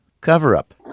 cover-up